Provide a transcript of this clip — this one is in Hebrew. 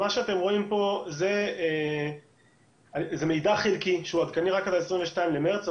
פה זה מידע חלקי שהוא עדכני רק עד ה-22 במרץ,